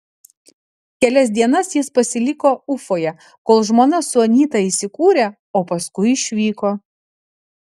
kelias dienas jis pasiliko ufoje kol žmona su anyta įsikūrė o paskui išvyko